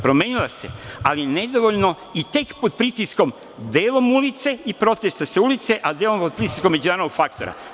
Promenila se, ali nedovoljno i tek pod pritiskom delom ulice i protesta sa ulice, a delom zbog pritiska međunarodnog faktora.